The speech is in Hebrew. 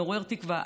מעורר תקווה,